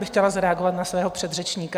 Chtěla bych zareagovat na svého předřečníka.